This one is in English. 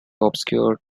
obscure